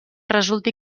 resulti